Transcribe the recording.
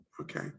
Okay